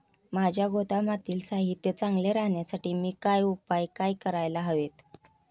माझ्या गोदामातील साहित्य चांगले राहण्यासाठी मी काय उपाय काय करायला हवेत?